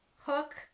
Hook